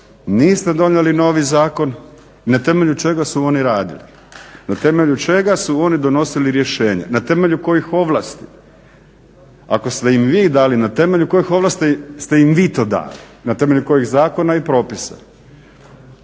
niste donijeli novi zakon, na temelju čega su oni radili? Na temelju čega su oni donosili rješenja, na temelju kojih ovlasti? Ako ste im vi dali na temelju kojih ovlasti ste im vi to dali, na temelju kojih zakona i propisa.